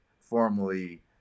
formally